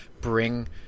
bring